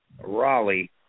Raleigh